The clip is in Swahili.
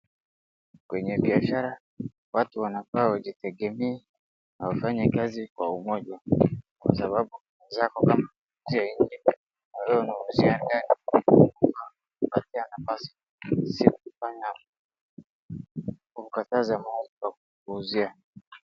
Kwenye biashara, watu wanafaa wajitegemee na wafanye kazi kwa umoja kwa sababu mwenzako kama anauzia nje, na we unauzia ndani kuwachia nafasi si kufanya kukataza mahali pa kuuzia.